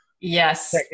yes